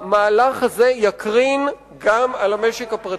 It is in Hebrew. המהלך הזה יקרין גם על המשק הפרטי.